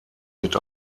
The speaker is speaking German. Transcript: mit